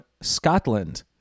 scotland